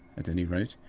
at any rate,